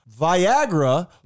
viagra